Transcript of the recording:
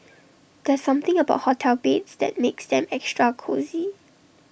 there's something about hotel beds that makes them extra cosy